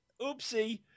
Oopsie